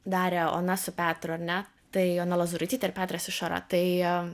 darė ona su petru ar ne tai ona lozuraitytė ir petras išara tai